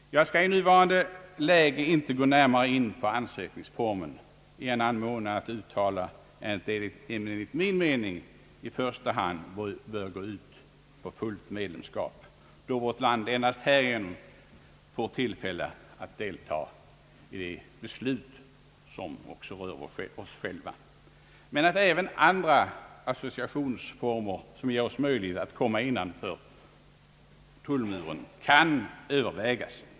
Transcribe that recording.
Jag skall i nuvarande läge inte gå närmare in på ansökningsformen i annan mån än att uttala att den enligt min mening i första hand bör gå ut på fullt medlemskap, då vårt land endast härigenom får tillfälle att delta i de beslut som också rör oss själva, men att även andra associationsformer, som ger oss möjligheter att komma innanför tullmuren, kan övervägas.